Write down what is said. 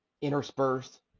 interspersed